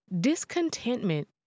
Discontentment